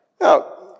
Now